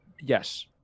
yes